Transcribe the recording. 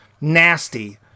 nasty